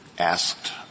asked